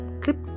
clip